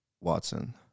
Watson